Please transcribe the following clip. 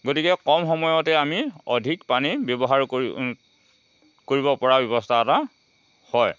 গতিকে কম সময়তে আমি অধিক পানী ব্যৱহাৰ কৰি কৰিব পৰা ব্যৱস্থা এটা হয়